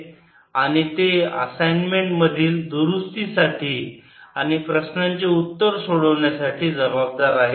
आणि ते असाइनमेंट मधील दुरुस्तीसाठी आणि प्रश्नांचे उत्तर सोडवण्यासाठी जबाबदार आहेत